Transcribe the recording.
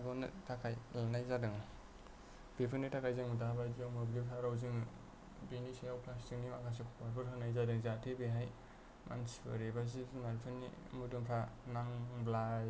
एबा बेनिफ्राय बारग'नो थाखाय लानाय जादों बेफोरनि थाखाय जोङो दाबादियाव मोब्लिब थाराव जों बेनि सायाव माखासे प्लासटिकनि पइन्टफोर होनाय जादों जाहाथे बेहाय मानसिफोर एबा जिब जुनारफोरनि मोदोमफोरा नांब्ला